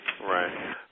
Right